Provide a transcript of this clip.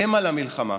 המה למלחמה".